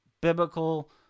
biblical